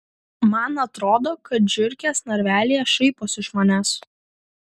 man atrodo kad žiurkės narvelyje šaiposi iš manęs